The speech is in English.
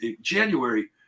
January